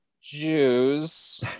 Jews